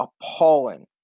appalling